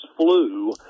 flu